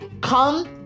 come